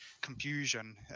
confusion